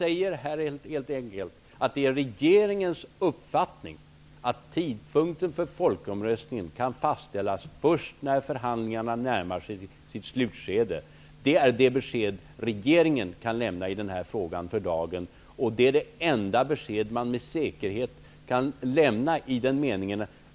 Det är regeringens uppfattning att tidpunkten för folkomröstningen kan fastställas först när förhandlingarna närmar sig sitt slutskede. Det är det besked som regeringen för dagen kan lämna i den här frågan, och det är det enda besked som med säkerhet kan lämnas.